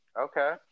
Okay